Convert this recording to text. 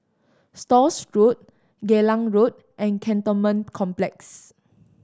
Stores Road Geylang Road and Cantonment Complex